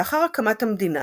לאחר הקמת המדינה